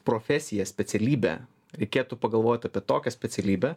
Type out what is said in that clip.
profesiją specialybę reikėtų pagalvot apie tokią specialybę